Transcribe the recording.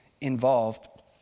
involved